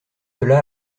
cela